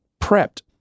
prepped